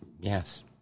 Yes